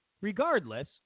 regardless